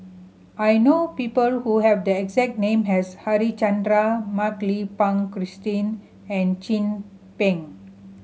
I know people who have the exact name as Harichandra Mak Lai Peng Christine and Chin Peng